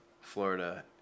Florida